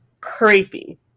Creepy